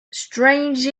strange